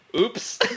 Oops